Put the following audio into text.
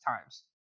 times